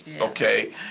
okay